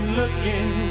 looking